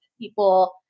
people